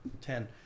Ten